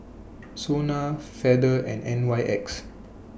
Sona Feather and N Y X